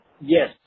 yes